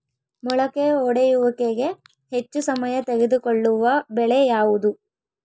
ಮೊಳಕೆ ಒಡೆಯುವಿಕೆಗೆ ಹೆಚ್ಚು ಸಮಯ ತೆಗೆದುಕೊಳ್ಳುವ ಬೆಳೆ ಯಾವುದು?